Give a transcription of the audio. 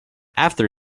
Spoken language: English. after